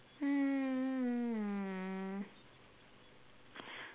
mm